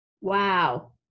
wow